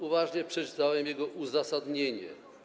Uważnie przeczytałem jego uzasadnienie.